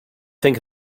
think